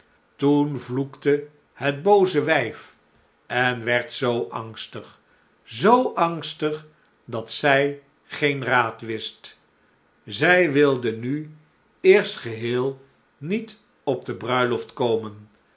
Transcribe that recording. toen vloekte het booze wijf en werd zoo angstig zoo angstig dat zij geen raad wist zij wilde nu eerst geheel niet op de bruiloft komen